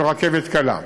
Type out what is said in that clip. של רכבת קלה.